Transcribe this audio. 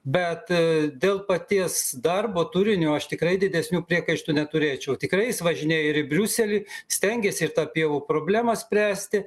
bet dėl paties darbo turinio aš tikrai didesnių priekaištų neturėčiau tikrai jis važinėja ir į briuselį stengėsi tą pievų problemą spręsti